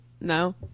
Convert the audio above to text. No